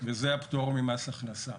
וזה הפטור ממס הכנסה.